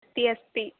कति अस्ति